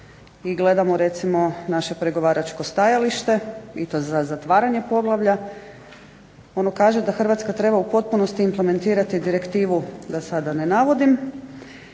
gledamo, recimo naše pregovaračko stajalište i to za zatvaranje poglavlja, ono kaže da Hrvatska treba u potpunosti implementirati direktivu, da sada ne navodim,